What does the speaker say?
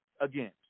again